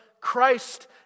Christ